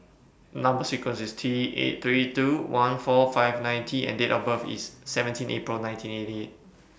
Number sequence IS T eight three two one four five nine T and Date of birth IS seventeen April nineteen eighty eight